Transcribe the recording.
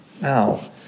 Now